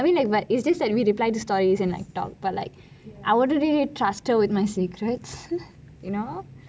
I mean but is like we just like reply to her stories and talk but I wouldnt trust her with my secrets you know